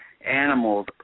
animals